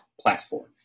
platform